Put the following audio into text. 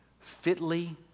Fitly